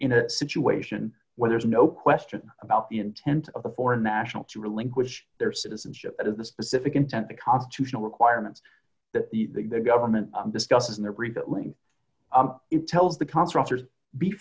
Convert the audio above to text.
in a situation where there's no question about the intent of the foreign nationals to relinquish their citizenship of the specific intent the constitutional requirements that the government discusses in their revealing it tells the contractors be